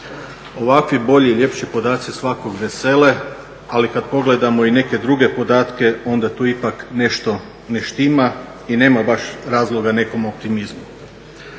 Ovakvi, bolji i ljepši podaci svakog vesele, ali kad pogledamo i neke druge podatke onda tu ipak nešto ne štima i nema baš razloga nekom optimizmu.